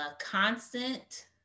constant